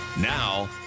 Now